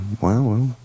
wow